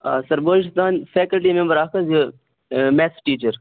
آ سَر بہٕ حظ چھُس تُہُنٛد فیکلٹی ممبَر اَکھ حظ یہِ میتھٕس ٹیٖچر